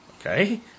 okay